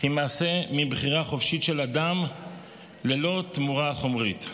היא מעשה מבחירה חופשית של אדם ללא תמורה חומרית.